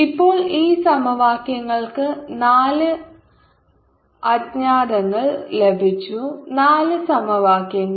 ഇപ്പോൾ ഈ സമവാക്യങ്ങൾക്ക് നാല് അജ്ഞാതങ്ങൾ ലഭിച്ചു നാല് സമവാക്യങ്ങൾ